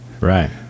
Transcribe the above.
Right